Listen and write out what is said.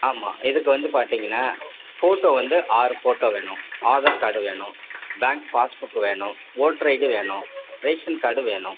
ஆமாம் இதற்கு வந்து பார்த்தீங்கன்னா ஃபோட்டோ வந்து ஆறு ஃபோட்டோ வேணும் ஆதார் கார்டு வேணும் பேங்க் பாஸ் புக் வேணும் ஓட்டர் ஐடி வேணும் ரேஷன் கார்டு வேணும்